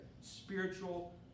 Spiritual